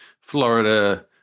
florida